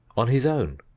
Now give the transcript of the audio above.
on his own,